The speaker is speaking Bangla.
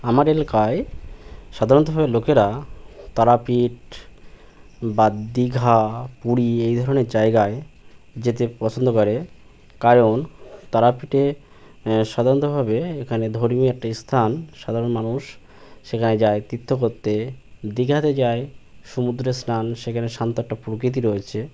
আমার এলাকায় সাধারণতভাবে লোকেরা তারাপীঠ বা দীঘা পুরী এই ধরনের জায়গায় যেতে পছন্দ করে কারণ তারাপীঠে সাধারণতভাবে এখানে ধর্মীয় একটা স্থান সাধারণ মানুষ সেখানে যায় তীর্থ করতে দীঘাতে যায় সমুদ্রে স্নান সেখানে শান্ত একটা প্রকৃতি রয়েছে